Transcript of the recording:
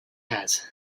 has